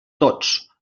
tots